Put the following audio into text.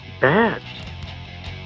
bad